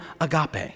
agape